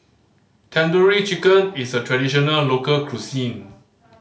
Tandoori Chicken is a traditional local cuisine